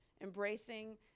embracing